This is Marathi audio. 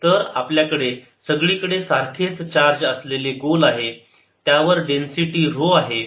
तर आपल्याकडे सगळीकडे सारखेच चार्ज असलेले गोल आहे त्यावर डेन्सिटी ऱ्हो आहे